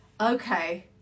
Okay